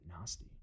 nasty